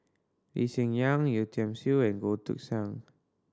Lee Hsien Yang Yeo Tiam Siew and Goh Took Sang